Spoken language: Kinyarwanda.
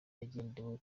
bushobozi